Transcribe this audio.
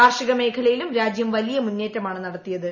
കാർഷിക മേഖലയിലും രാജ്യം വലിയ മുന്നേറ്റമാണ് നടത്തിയത്